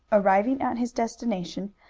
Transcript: arriving at his destination,